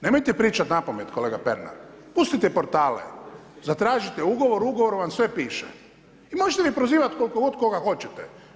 Nemojte pričati napamet, kolega Pernar, pustite portale, zatražite ugovor, u ugovoru vam sve piše i možete mi prozivati koliko god koga hoćete.